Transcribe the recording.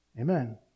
Amen